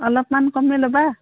অলপ মান কমাই লবা